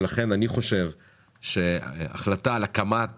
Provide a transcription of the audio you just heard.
ולכן אני חושב שההחלטה על הקמת